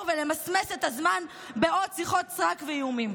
ולמסמס את הזמן בעוד שיחות סרק ואיומים.